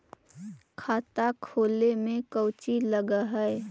खाता खोले में कौचि लग है?